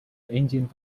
engine